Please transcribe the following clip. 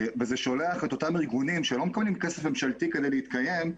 וזה שולח את אותם ארגונים שלא מקבלים כסף ממשלתי כדי להתקיים,